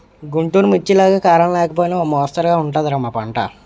గుంటూరు మిర్చిలాగా కారం లేకపోయినా ఓ మొస్తరుగా ఉంటది రా మా పంట